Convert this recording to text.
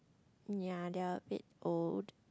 ya they're a bit old